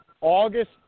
August